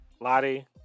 Lottie